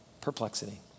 Perplexity